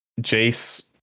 Jace